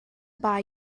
buy